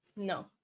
no